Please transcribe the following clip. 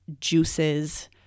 juices